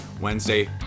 Wednesday